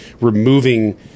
removing